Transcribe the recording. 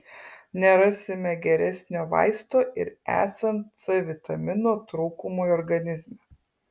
nerasime geresnio vaisto ir esant c vitamino trūkumui organizme